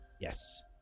Yes